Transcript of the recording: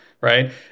right